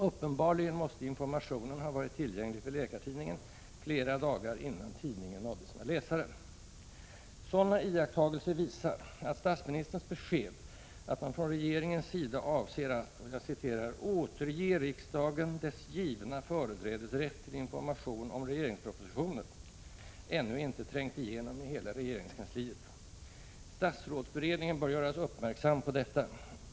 Uppenbarligen måste informationen ha varit tillgänglig för Läkartidningen flera dagar innan tidningen nådde sina läsare. Sådana iakttagelser visar att statsministerns besked att man från regeringens sida avser att ”återge riksdagen dess givna företrädesrätt till information om regeringspropositioner” ännu inte trängt igenom i hela regeringskansliet. Statsrådsberedningen bör göras uppmärksam på detta.